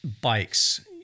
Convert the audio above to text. bikes